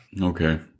Okay